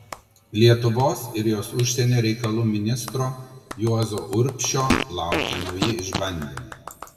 lietuvos ir jos užsienio reikalų ministro juozo urbšio laukė nauji išbandymai